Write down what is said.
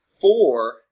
four